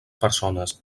persones